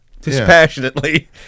dispassionately